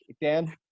Dan